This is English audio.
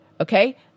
Okay